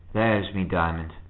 there's my diamond!